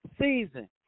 season